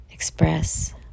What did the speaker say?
Express